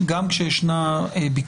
גם כשיש ביקורת,